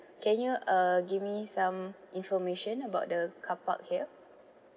can you uh give me some information about the carpark here